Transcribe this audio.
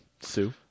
Sue